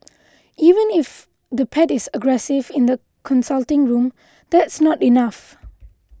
even if the pet is aggressive in the consulting room that's not enough